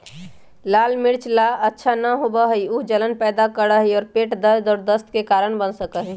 लाल मिर्च सब ला अच्छा न होबा हई ऊ जलन पैदा करा हई और पेट दर्द और दस्त के कारण बन सका हई